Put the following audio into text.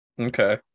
Okay